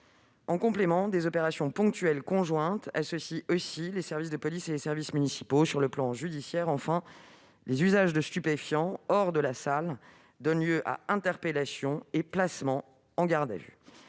De plus, des opérations ponctuelles conjointes associent les services de police et les services municipaux. Sur le plan judiciaire, l'usage de stupéfiants hors de la salle donne lieu à des interpellations et des placements en garde à vue.